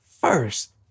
first